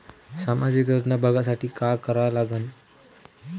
सामाजिक योजना बघासाठी का करा लागन?